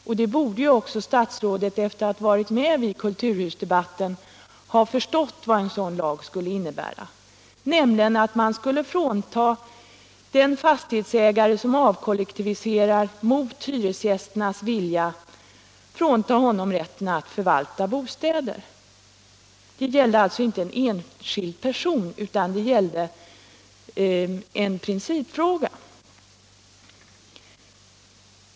Efter att ha varit med vid kulturhusdebatten borde ju också statsrådet ha förstått vad en sådan lag skulle innebära, nämligen att man skulle frånta den fastighetsägare som avkollektiviserar ett hus mot hyresgästernas vilja rätten att förvalta bostäder. Det gällde alltså inte en enskild person utan en principfråga.